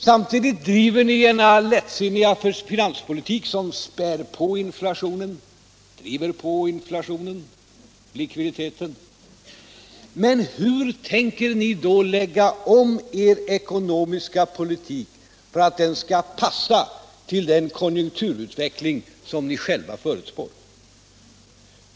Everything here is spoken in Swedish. Samtidigt driver ni en allt lättsinnigare finanspolitik som ökar inflationen och likviditeten. Men hur tänker ni då lägga om er ekonomiska politik för att den skall passa till den konjunkturutveckling som ni själva förutspår?